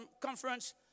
conference